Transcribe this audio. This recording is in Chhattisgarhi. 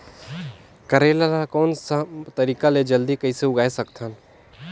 करेला ला कोन सा तरीका ले जल्दी कइसे उगाय सकथन?